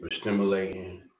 stimulating